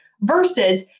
versus